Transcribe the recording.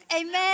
Amen